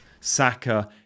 saka